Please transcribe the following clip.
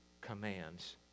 commands